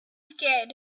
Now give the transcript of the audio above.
scared